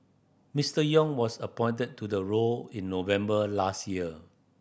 Mister Yong was appointed to the role in November last year